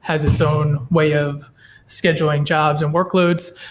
has its own way of scheduling jobs and workloads,